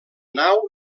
nau